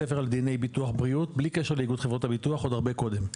דיני ביטוח בריאות בלי קשר לאיגוד חברות הביטוח עוד הרבה קודם.